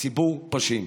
ציבור פושעים.